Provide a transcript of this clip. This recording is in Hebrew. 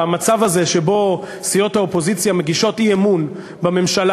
המצב הזה שבו סיעות האופוזיציה מגישות אי-אמון בממשלה